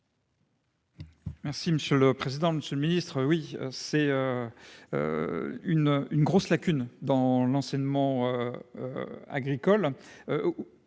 Merci monsieur le président, Monsieur le Ministre, oui c'est une une grosse lacune dans l'enseignement agricole,